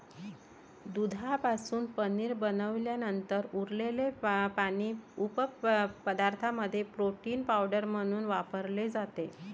दुधापासून पनीर बनवल्यानंतर उरलेले पाणी उपपदार्थांमध्ये प्रोटीन पावडर म्हणून वापरले जाते